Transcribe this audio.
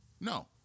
No